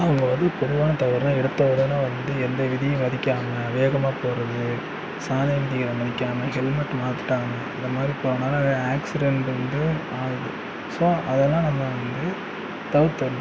அவங்க வந்து பொதுவான தவறுனா எடுத்த உடனே வந்து எந்த விதியையும் மதிக்கமா வேகமாக போறது சாலை விதியை மதிக்கமா ஹெல்மெட் மாட்டாம இந்தமாதிரி போறனால அது ஆக்சிடெண்டு வந்து ஆகுது ஸோ அதெலாம் நம்ம வந்து தவிர்த்துடணும்